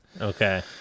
Okay